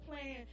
plan